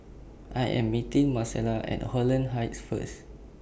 I Am meeting Marcella At Holland Heights First